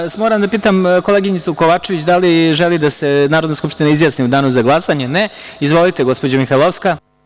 Moram samo da pitam koleginicu Kovačević, da li želi da se Narodna skupština izjasni u danu za glasanje? (Ne) Izvolite, gospođo Mihajlovska.